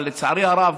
אבל לצערי הרב